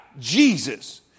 Jesus